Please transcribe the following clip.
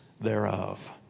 thereof